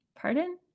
Pardon